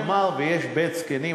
נאמר שיש בית-זקנים,